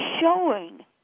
showing